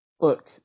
Look